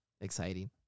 exciting